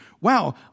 Wow